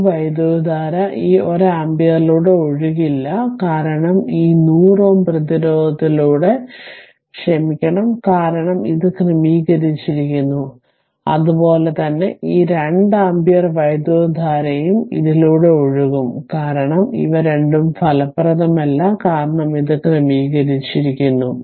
ഈ വൈദ്യുതധാര ഈ 1 ആമ്പിയറിലൂടെ ഒഴുകില്ല കാരണം ഈ 100 Ω പ്രതിരോധത്തിലൂടെ ക്ഷമിക്കണം കാരണം ഇത് ക്രമീകരിച്ചിരിക്കുന്നു അതുപോലെ തന്നെ ഈ 2 ആമ്പിയർ വൈദ്യുതധാരയും ഇതിലൂടെ ഒഴുകും കാരണം ഇവ രണ്ടും ഫലപ്രദമല്ല കാരണം ഇത് ക്രമീകരിച്ചിരിക്കുന്നു